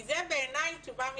כי זה בעיניי תשובה מתחמקת.